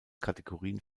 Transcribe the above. kategorien